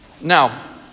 Now